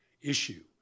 issue